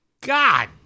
God